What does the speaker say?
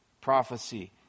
prophecy